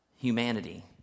humanity